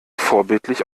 vorbildlich